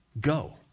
Go